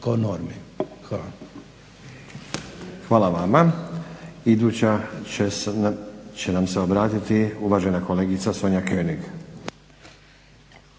(SDP)** Hvala vama. Iduća će nam se obratiti uvažena kolegica Sonja König.